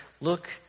look